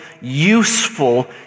useful